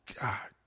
God